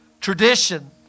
Tradition